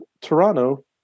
Toronto